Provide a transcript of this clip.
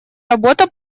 работа